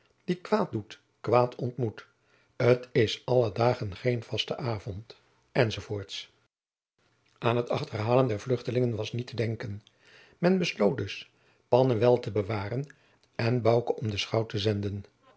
die kwaad doet kwaad ontmoet t is alle dagen geen vastelavond enz sma an het achterhalen der vluchtelingen was niet te denken men besloot dus panne wel te bewaren en bouke om den schout te zenden